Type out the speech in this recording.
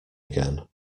again